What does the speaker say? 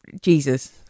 Jesus